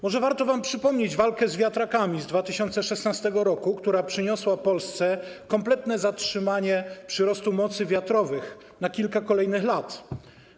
Może warto wam przypomnieć walkę z wiatrakami z 2016 r., która przyniosła Polsce kompletne zatrzymanie przyrostu mocy wiatrowych na kilka kolejnych lat.